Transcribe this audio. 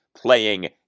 Playing